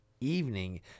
evening